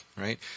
right